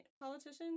politicians